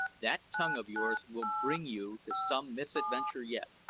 that tongue of yours will bring you to some misadventure yet.